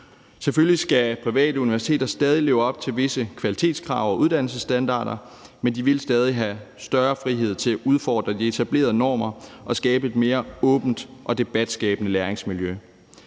Selvfølgelig skal private universiteter stadig leve op til visse kvalitetskrav og uddannelsesstandarder, men de vil stadig have større frihed til at udfordre de etablerede normer og skabe et mere åbent og debatskabende læringsmiljø.